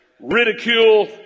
ridicule